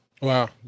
Wow